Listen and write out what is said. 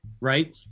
right